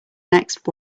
next